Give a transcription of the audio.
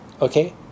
okay